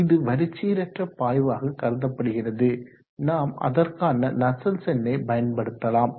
இது வரிச்சீரற்ற பாய்வாக கருதப்படுகிறது நாம் அதற்கான நஸ்சல்ட்ஸ் எண்ணை பயன்படுத்தலாம்